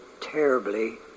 terribly